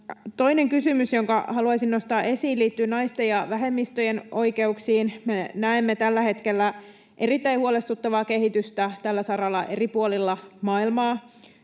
Toinen kysymys, jonka haluaisin nostaa esiin, liittyy naisten ja vähemmistöjen oikeuksiin. Me näemme tällä hetkellä erittäin huolestuttavaa kehitystä tällä saralla eri puolilla maailmaa.